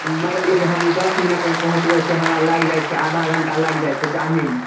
मानि लिअऽ जे हम दस मिनटमे पहुँचबै से हमरा लागै छै आधा घण्टा लागि जाइ छै जाइमे